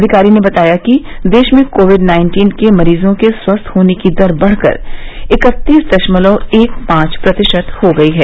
अधिकारी ने बताया कि देश में कोविड नाइन्टीन के मरीजों के स्वस्थ होने की दर बढ़कर इकत्तीस दशमलव एक पांच प्रतिशत हो गयी है